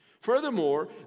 Furthermore